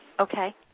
Okay